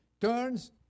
turns